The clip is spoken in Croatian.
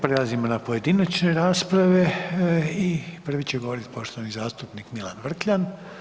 Prelazimo na pojedinačne rasprave i prvi će govoriti poštovani zastupnik Milan Vrkljan.